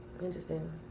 Interesting